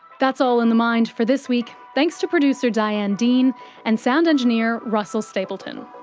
that's all in the mind for this week. thanks to producer diane dean and sound engineer russell stapleton.